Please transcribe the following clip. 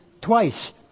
twice